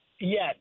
Yes